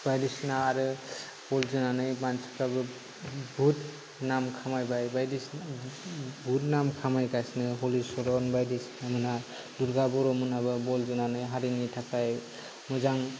बायदिसिना आरो मानसिफ्राबो बुहुथ नाम खामायबाय बुहुथ नाम खामायगासिनो हरिचरन बायदिसिना मोना दुरगा बर' मोनाबो हारिनि थाखाय मोजां